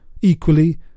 Equally